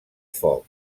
foc